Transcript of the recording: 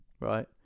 right